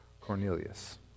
Cornelius